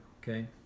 okay